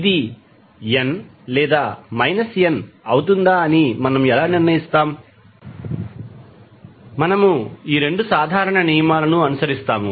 ఇది n లేదా n అవుతుందా అని మనము ఎలా నిర్ణయిస్తాము మనము ఈ 2 సాధారణ నియమాలను అనుసరిస్తాము